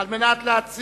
ואין נמנעים.